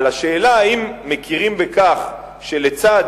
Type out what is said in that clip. על השאלה האם מכירים בכך שלצד,